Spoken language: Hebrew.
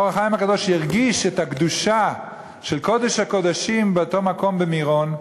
"אור החיים" הקדוש הרגיש את הקדושה של קודש-הקודשים באותו מקום במירון,